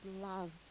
love